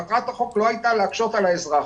מטרת החוק לא הייתה להקשות על האזרח,